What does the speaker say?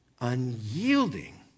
unyielding